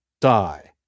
die